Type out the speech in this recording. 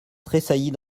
tressaillit